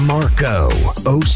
Marco